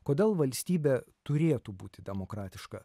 kodėl valstybė turėtų būti demokratiška